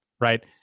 right